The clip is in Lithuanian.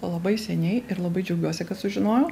labai seniai ir labai džiaugiuosi kad sužinojau